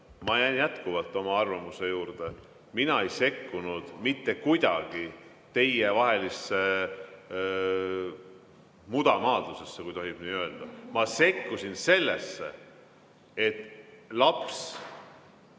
Ma jään jätkuvalt oma arvamuse juurde. Mina ei sekkunud mitte kuidagi teievahelisse mudamaadlusesse, kui tohib nii öelda. Ma sekkusin sellesse, et see